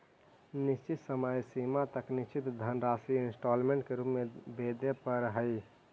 निश्चित समय सीमा तक निश्चित धनराशि इंस्टॉलमेंट के रूप में वेदे परऽ हई